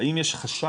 האם יש חשד